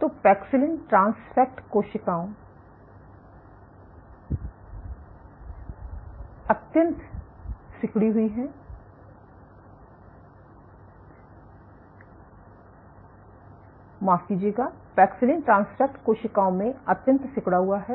तो paxillin transfect कोशिकाओं अत्यंत सिकुड़ा हुआ है